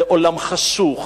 זה עולם חשוך,